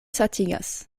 satigas